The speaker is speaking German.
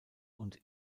und